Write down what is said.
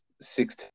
six